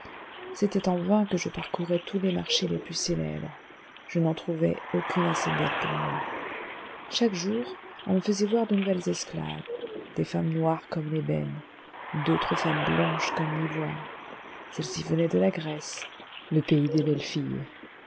c'était en vain que je parcourais tous les marchés les plus célèbres je n'en trouvais aucune assez belle pour moi chaque jour on me faisait voir de nouvelles esclaves des femmes noires comme l'ébène d'autres femmes blanches comme l'ivoire celle-ci venait de la grèce le pays des belles filles